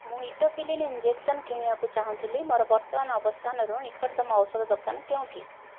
ମୁଁ etofylline injection କିଣିବାକୁ ଚାହୁଁଥିଲି ମୋର ବର୍ତ୍ତମାନ ଅବସ୍ଥାନରୁ ନିକଟତମ ଔଷଧ ଦୋକାନ କେଉଁଠି